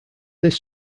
this